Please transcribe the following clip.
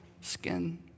skin